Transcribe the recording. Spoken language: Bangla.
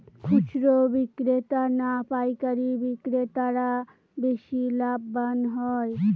খুচরো বিক্রেতা না পাইকারী বিক্রেতারা বেশি লাভবান হয়?